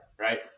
Right